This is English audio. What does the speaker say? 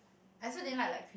I also didn't like like